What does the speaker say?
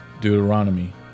Deuteronomy